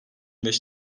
beş